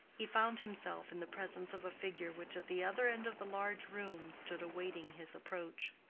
he found himself in the presence of a figure which at the other end of the large room stood awaiting his approach.